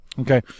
Okay